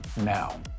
Now